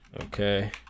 Okay